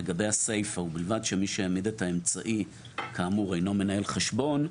לגבי הסעיף ההוא בלבד שמי שהעמיד את האמצעי כאמור אינו מנהל חשבון,